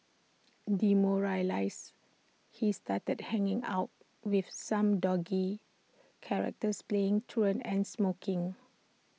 demoralised he started hanging out with some dodgy characters playing truant and smoking